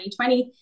2020